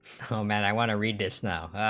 man i wanna read this now,